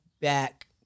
back